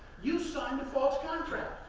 you signed a false contract.